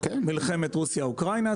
מלחמת רוסיה אוקראינה,